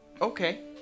okay